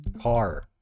car